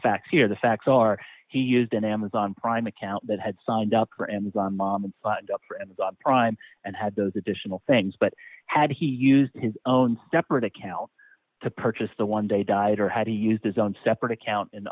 facts here the facts are he used an amazon prime account that had signed up for amazon mom and for amazon prime and had those additional things but had he used his own separate account to purchase the one day died or had to use his own separate account in